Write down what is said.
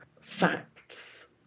facts